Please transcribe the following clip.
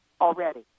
already